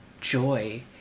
joy